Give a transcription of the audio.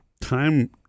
time